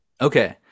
Okay